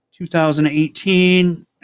2018